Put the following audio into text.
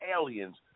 aliens